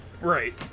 Right